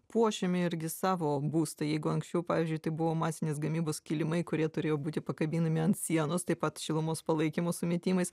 puošiam irgi savo būstą jeigu anksčiau pavyzdžiui tai buvo masinės gamybos kilimai kurie turėjo būti pakabinami ant sienos taip pat šilumos palaikymo sumetimais